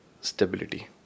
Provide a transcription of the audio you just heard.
stability